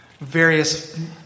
various